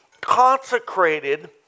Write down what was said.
consecrated